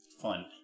fun